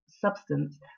substance